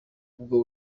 ubwo